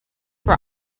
for